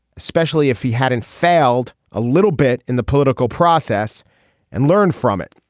especially if he hadn't failed a little bit in the political process and learn from it